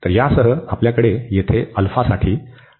तर यासह आपल्याकडे येथे साठी आहे